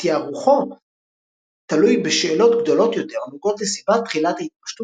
ותארוכו תלוי בשאלות גדולות יותר הנוגעות לסיבת תחילת ההתפשטות